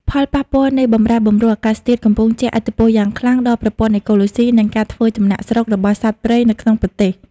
ផលប៉ះពាល់នៃបម្រែបម្រួលអាកាសធាតុកំពុងជះឥទ្ធិពលយ៉ាងខ្លាំងដល់ប្រព័ន្ធអេកូឡូស៊ី និងការធ្វើចំណាកស្រុករបស់សត្វព្រៃនៅក្នុងប្រទេស។